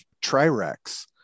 tri-rex